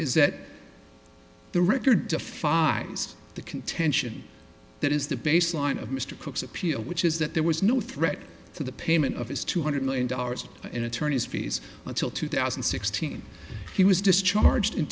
is that the record to five is the contention that is the baseline of mr cook's appeal which is that there was no threat to the payment of his two hundred million dollars in attorney's fees until two thousand and sixteen he was discharged in